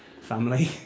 family